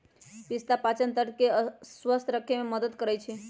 पिस्ता पाचनतंत्र के स्वस्थ रखे में मदद करई छई